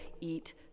eat